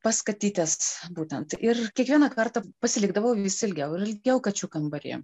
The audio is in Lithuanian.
pas katytes būtent ir kiekvieną kartą pasilikdavau vis ilgiau ilgiau kačių kambaryje